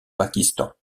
pakistan